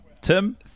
Tim